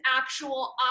actual